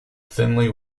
thinly